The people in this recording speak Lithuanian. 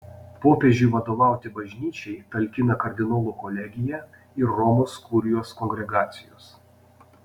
popiežiui vadovauti bažnyčiai talkina kardinolų kolegija ir romos kurijos kongregacijos